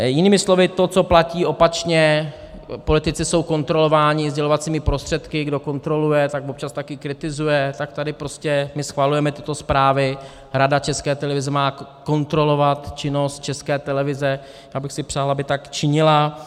Jinými slovy to, co platí opačně, politici jsou kontrolováni sdělovacími prostředky, kdo kontroluje, tak občas taky kritizuje, tak tady my schvalujeme tyto zprávy, Rada České televize má kontrolovat činnost České televize a já bych si přál, aby tak činila.